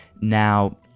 Now